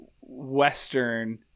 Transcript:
Western